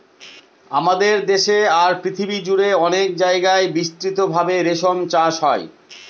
আমাদের দেশে আর পৃথিবী জুড়ে অনেক জায়গায় বিস্তৃত ভাবে রেশম চাষ হয়